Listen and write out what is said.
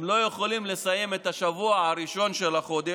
הם לא יכולים לסיים את השבוע הראשון של החודש,